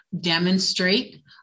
demonstrate